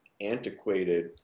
antiquated